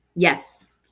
Yes